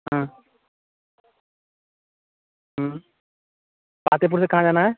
हाँ फातेपुर से कहाँ जाना है